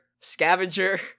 scavenger